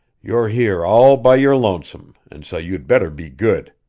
you're here all by your lonesome, and so you'd better be good.